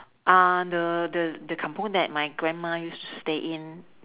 uh the the the kampung that my grandma used to stay in